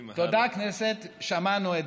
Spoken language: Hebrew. תודה, כנסת, שמענו את